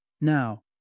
Now